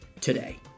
today